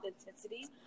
authenticity